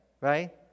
right